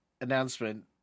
announcement